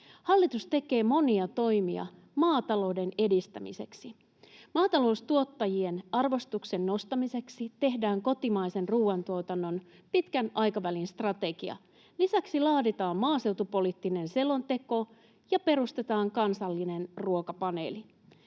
Hallitus tekee monia toimia maatalouden edistämiseksi. Maataloustuottajien arvostuksen nostamiseksi tehdään kotimaisen ruoantuotannon pitkän aikavälin strategia. Lisäksi laaditaan maaseutupoliittinen selonteko ja perustetaan kansallinen ruokapaneeli.